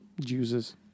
juices